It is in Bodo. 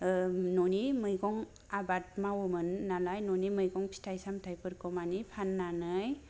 न'नि मैगं आबाद मावोमोन नालाय न'नि मैगं फिथाइ सामथाइफोरखौ माने फाननानै